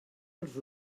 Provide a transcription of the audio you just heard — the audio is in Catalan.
els